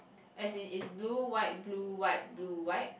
as in is it's blue white blue white blue white